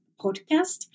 podcast